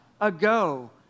ago